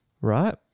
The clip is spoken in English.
right